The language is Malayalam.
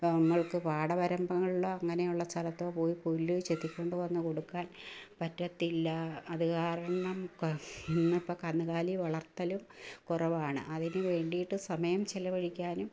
നമ്മൾക്ക് പാടവരമ്പങ്ങളിലോ അങ്ങനെയുള്ള സ്ഥലത്തോ പോയി പുല്ല് ചെത്തിക്കൊണ്ടു വന്നു കൊടുക്കാൻ പറ്റത്തില്ല അതു കാരണം കർ ഇന്നിപ്പോൾ കന്നുകാലി വളർത്തലും കുറവാണ് അതിനു വേണ്ടിയിട്ടു സമയം ചിലവഴിക്കാനും